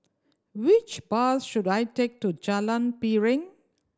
which bus should I take to Jalan Piring